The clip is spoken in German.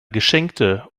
geschenkte